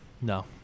no